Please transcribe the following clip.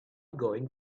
going